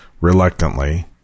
reluctantly